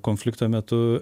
konflikto metu